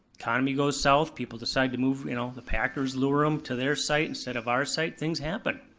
economy goes south, people decide to move, you know, the packers lure them to their site instead of our site, things happen.